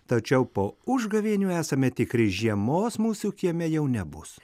tačiau po užgavėnių esame tikri žiemos mūsų kieme jau nebus